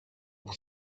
που